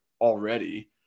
already